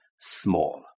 small